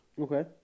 Okay